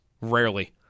Rarely